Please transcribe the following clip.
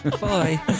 Bye